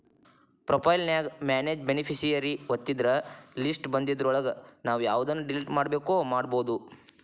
profile ನ್ಯಾಗ manage beneficiary ಒತ್ತಿದ್ರ list ಬನ್ದಿದ್ರೊಳಗ ನಾವು ಯವ್ದನ್ನ ಡಿಲಿಟ್ ಮಾಡ್ಬೆಕೋ ಮಾಡ್ಬೊದು